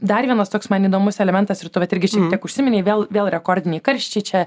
dar vienas toks man įdomus elementas ir tu vat irgi šiek tiek užsiminei vėl vėl rekordiniai karščiai čia